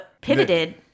pivoted